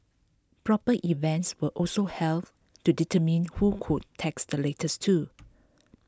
proper events were also held to determine who could text the fastest too